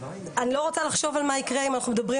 אני לא רוצה לחשוב על מה שיקרה אם אנחנו מדברים